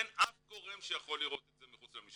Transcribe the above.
אין אף גורם שיכול לראות את זה מחוץ למשטרה.